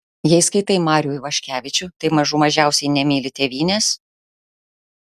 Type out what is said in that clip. jei skaitai marių ivaškevičių tai mažų mažiausiai nemyli tėvynės